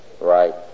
right